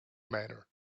manner